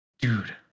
Dude